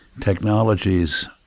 technologies